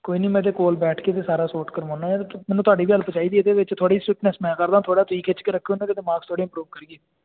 ਕੋਈ ਨਹੀਂ ਮੈਂ ਇਹਦੇ ਕੋਲ ਬੈਠ ਕੇ ਫਿਰ ਸਾਰਾ ਸੋਰਟ ਕਰਵਾਉਂਦਾ ਇਹਦੇ ਤੋਂ ਮੈਨੂੰ ਤੁਹਾਡੀ ਵੀ ਹੈਲਪ ਚਾਹੀਦੀ ਇਹਦੇ ਵਿੱਚ ਥੋੜ੍ਹੀ ਸਟਿੱਕਨੈਂਸ ਮੈਂ ਕਰਦਾ ਥੋੜ੍ਹਾ ਤੁਸੀਂ ਖਿੱਚ ਕੇ ਰੱਖੋ ਇਹਨਾਂ ਦੇ ਤਾਂ ਮਾਕਸ ਥੋੜ੍ਹੀ ਇੰਪਰੂਵ ਕਰੀਏ